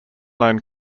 known